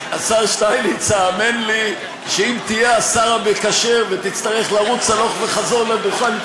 האמן לי שאם תהיה השר המקשר ותצטרך לרוץ הלוך וחזור לדוכן,